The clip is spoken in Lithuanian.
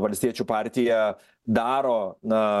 valstiečių partija daro na